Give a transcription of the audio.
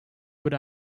would